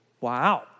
Wow